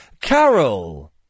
Carol